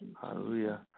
Hallelujah